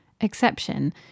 exception